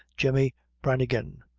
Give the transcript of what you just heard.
jemmy branigan,